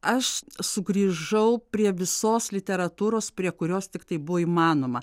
aš sugrįžau prie visos literatūros prie kurios tiktai buvo įmanoma